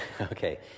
Okay